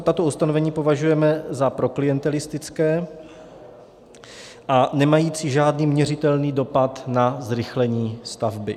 Tato ustanovení považujeme za proklientelistická a nemající žádný měřitelný dopad na zrychlení stavby.